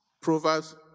Proverbs